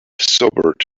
sobered